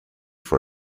for